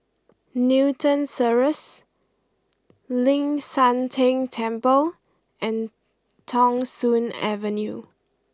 Newton Cirus Ling San Teng Temple and Thong Soon Avenue